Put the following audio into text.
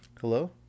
Hello